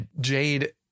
Jade